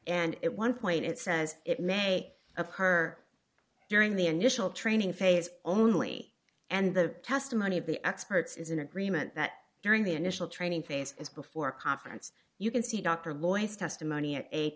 and it one point it says it may occur during the initial training phase only and the testimony of the experts is in agreement that during the initial training phase as before conference you can see dr boy's testimony at eight